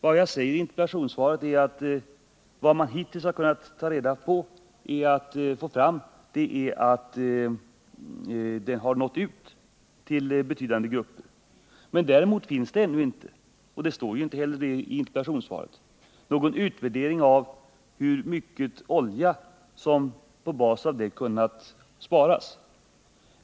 Vad jag säger i interpellationssvaret är att det man hittills kunnat få fram är att kampanjen nått ut till betydande grupper. Däremot finns det ännu inte — och det står inte heller i interpellationssvaret att det skulle finnas — någon utvärdering av hur mycket olja som kunnat sparas på basis av kampanjen.